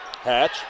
Hatch